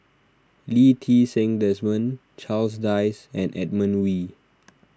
Lee Ti Seng Desmond Charles Dyce and Edmund Wee